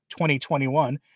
2021